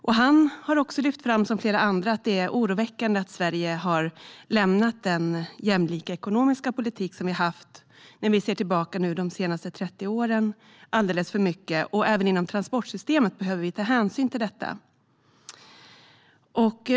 Göran Finnveden har, liksom flera andra, lyft fram att det är oroväckande att Sverige i alldeles för stor utsträckning har lämnat den jämlika ekonomiska politik som vi haft - när vi ser tillbaka - de senaste 30 åren. Även inom transportsystemet behöver vi ta hänsyn till detta.